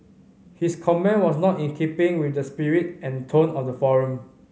his comment was not in keeping with the spirit and tone of the forum